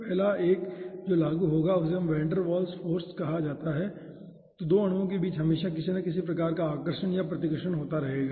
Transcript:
पहला 1 जो लागू होगा उसे वैन डेर वाल्स फाॅर्स कहा जाता है तो 2 अणुओं के बीच हमेशा किसी न किसी प्रकार का आकर्षण या प्रतिकर्षण होता रहेगा